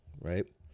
right